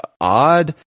odd